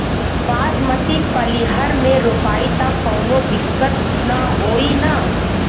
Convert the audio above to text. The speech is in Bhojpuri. बासमती पलिहर में रोपाई त कवनो दिक्कत ना होई न?